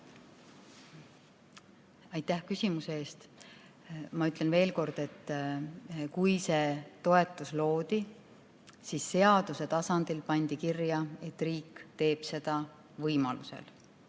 Aitäh küsimuse eest! Ma ütlen veel kord, et kui see toetus loodi, siis seaduse tasandil pandi kirja, et riik teeb seda võimaluse